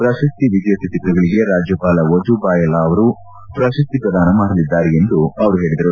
ಪ್ರಶಸ್ತಿ ವಿಜೇತ ಚಿತ್ರಗಳಿಗೆ ರಾಜ್ಯಪಾಲ ವಜೂಭಾಯಿ ವಾಲಾ ಪ್ರಶಸ್ತಿ ಪ್ರದಾನ ಮಾಡಲಿದ್ದಾರೆ ಎಂದು ಅವರು ಹೇಳಿದರು